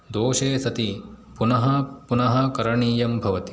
दोषे सति पुनः पुनः करणीयं भवति